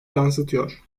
yansıtıyor